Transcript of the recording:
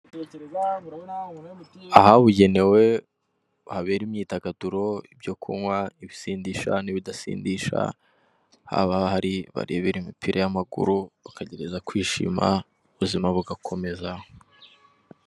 Ahabugenewe habera imyidagaduro ibyo kunywa, ibisindisha n'ibidasindisha haba hari aho barebera imipira y'amaguru, ugerageza kwishima ubuzima bugakomeza.